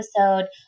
episode